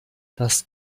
das